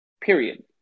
period